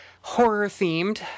horror-themed